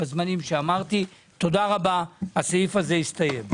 תודה רבה, הסעיף הזה הסתיים.